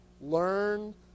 learn